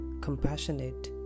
compassionate